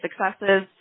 successes